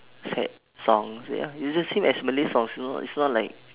sad songs ya is the same as malay songs you know it's not like